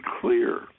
clear